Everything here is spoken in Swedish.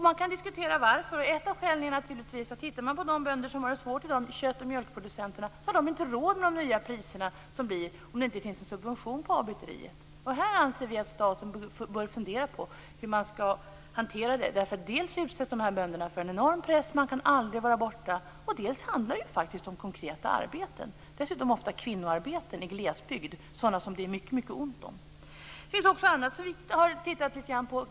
Man kan diskutera varför. Ett av skälen är naturligtvis att de bönder som i dag har det svårt, kött och mjölkproducenterna, inte har råd med de nya priser som blir om inte avbyteriet subventioneras. Vi anser att staten bör fundera på hur man skall hantera det. Dels utsätts de här bönderna för en enorm press därför att de aldrig kan vara borta, dels handlar det faktiskt om konkreta arbeten. Det är dessutom ofta kvinnoarbeten i glesbygd, sådana som det är mycket ont om. Det finns också annat som vi har tittat lite på.